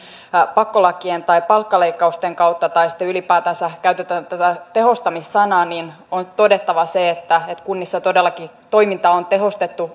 pakkolakien tai palkkaleikkausten kautta tai sitten ylipäätänsä käytetään tätä tehostaminen sanaa niin on todettava se että kunnissa todellakin toimintaa on tehostettu